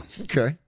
okay